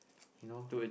you know